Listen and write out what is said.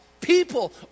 people